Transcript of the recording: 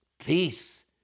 peace